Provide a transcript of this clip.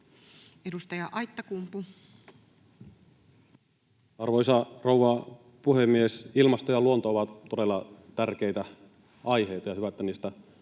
Edustaja Aittakumpu. Arvoisa rouva puhemies! Ilmasto ja luonto ovat todella tärkeitä aiheita, ja on hyvä, että niistä puhutaan.